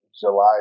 July